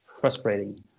frustrating